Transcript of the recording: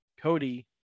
Cody